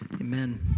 Amen